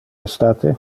estate